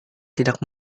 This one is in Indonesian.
tidak